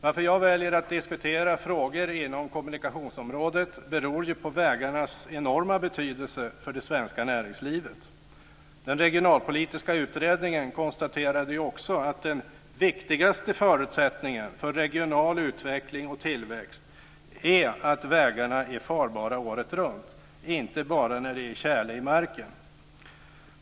Att jag väljer att diskutera frågor inom kommunikationsområdet beror ju på vägarnas enorma betydelse för det svenska näringslivet. Den regionalpolitiska utredningen konstaterade ju också att den viktigaste förutsättningen för regional utveckling och tillväxt är att vägarna är farbara året runt, inte bara när det är tjäle i marken.